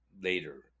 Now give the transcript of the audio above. later